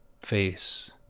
face